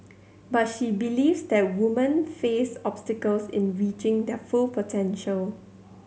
but she believes that woman face obstacles in reaching their full potential